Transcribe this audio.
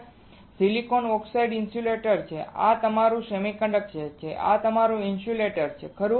silicon dioxide insulator છે આ તમારું સેમિકન્ડક્ટર છે આ તમારું ઇન્સ્યુલેટર છે ખરું